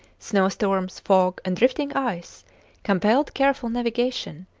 snowstorms, fog, and drifting ice compelled careful navigation,